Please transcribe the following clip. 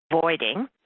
voiding